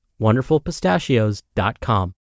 wonderfulpistachios.com